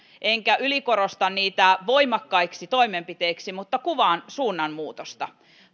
enkä ylikorosta niitä voimakkaiksi toimenpiteiksi mutta kuvaan suunnanmuutosta